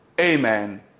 amen